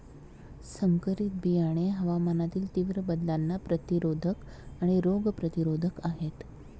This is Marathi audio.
संकरित बियाणे हवामानातील तीव्र बदलांना प्रतिरोधक आणि रोग प्रतिरोधक आहेत